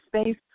space